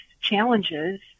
challenges